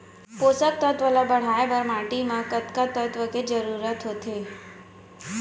पोसक तत्व ला बढ़ाये बर माटी म कतका तत्व के जरूरत होथे?